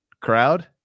crowd –